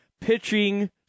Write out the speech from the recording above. pitching